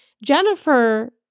jennifer